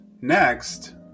Next